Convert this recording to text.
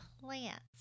plants